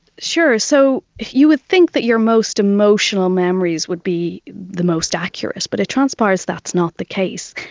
sure. so you would think that your most emotional memories would be the most accurate, but it transpires that's not the case.